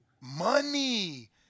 Money